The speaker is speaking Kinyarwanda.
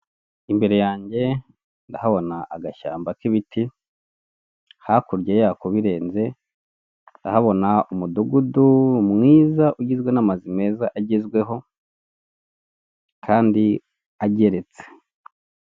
Imbere yanjye ndahabona agashyamba k'ibiti, hakurya yako birenze, ndahabona umudugudu mwiza ugizwe n'amazu meza agezweho kandi ageretse.